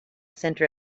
center